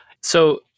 So-